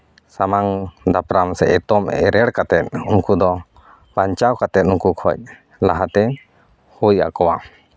ᱥᱟᱢᱟᱝ ᱫᱟᱯᱨᱟᱢ ᱥᱮ ᱮᱛᱚᱢ ᱮᱨᱮᱲ ᱠᱟᱛᱮᱫ ᱩᱱᱠᱩ ᱫᱚ ᱵᱟᱧᱪᱟᱣ ᱠᱟᱛᱮᱫ ᱱᱩᱠᱩ ᱠᱷᱚᱱ ᱞᱟᱦᱟᱛᱮ ᱦᱩᱭ ᱟᱠᱚᱣᱟ